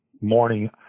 morning